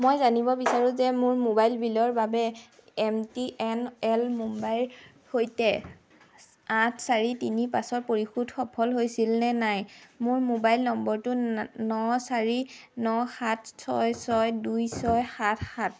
মই জানিব বিচাৰো যে মোৰ মোবাইল বিলৰ বাবে এম টি এন এল মুম্বাইৰ সৈতে আঠ চাৰি তিনি পাঁচৰ পৰিশোধ সফল হৈছিল নে নাই মোৰ মোবাইল নম্বৰটো ন চাৰি ন সাত ছয় ছয় দুই ছয় সাত সাত